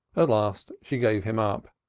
at last she gave him up,